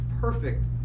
perfect